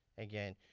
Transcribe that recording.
again,